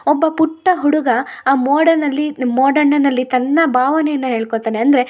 ಒಬ್ಬ ಪುಟ್ಟ ಹುಡುಗ ಆ ಮೋಡನಲ್ಲಿ ಮೋಡಣ್ಣನಲ್ಲಿ ತನ್ನ ಭಾವನೆಯನ್ನ ಹೇಳ್ಕೊತಾನೆ ಅಂದರೆ